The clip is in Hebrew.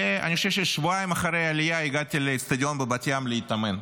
ואני חושב ששבועיים אחרי העלייה הגעתי לאצטדיון בבת ים להתאמן.